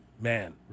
man